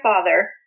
father